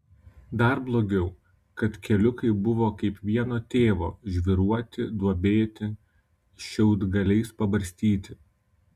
dar blogiau kad keliukai buvo kaip vieno tėvo žvyruoti duobėti šiaudgaliais pabarstyti